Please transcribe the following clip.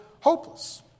hopeless